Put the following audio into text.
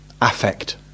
Affect